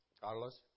Carlos